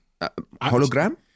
hologram